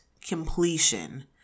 completion